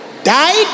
Died